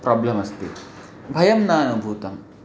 problem अस्ति भयं नानुभूतम्